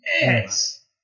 Yes